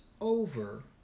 over